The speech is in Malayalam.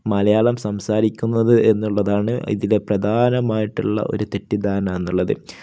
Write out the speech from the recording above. മലയാളം സംസാരിക്കുന്നത് എന്നുള്ളതാണ് ഇതിലെ പ്രധാനമായിട്ടുള്ള ഒരു തെറ്റിദ്ധാരണ എന്നുള്ളത്